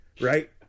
right